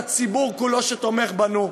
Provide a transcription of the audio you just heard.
לציבור כולו שתומך בנו,